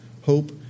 hope